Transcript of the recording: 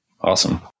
Awesome